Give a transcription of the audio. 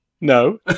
No